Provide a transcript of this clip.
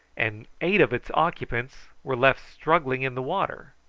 and eight of its occupants were left struggling in the water.